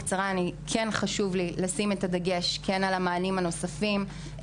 חשוב לי לשים את הדגש על המענים הנוספים,